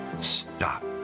stop